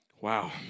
Wow